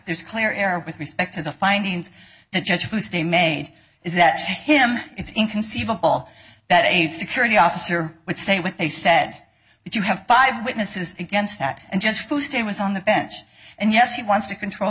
there's clear air with respect to the findings that judge who stay made is that him it's inconceivable that a security officer would say what they said if you have five witnesses against that and just to stand with on the bench and yes he wants to control